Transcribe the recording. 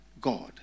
God